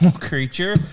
creature